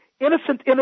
innocent